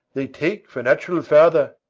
they take for natural father.